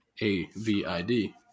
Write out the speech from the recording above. A-V-I-D